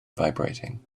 vibrating